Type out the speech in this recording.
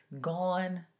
gone